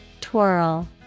Twirl